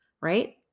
right